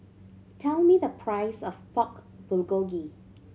tell me the price of Pork Bulgogi